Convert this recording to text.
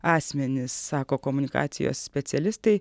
asmenis sako komunikacijos specialistai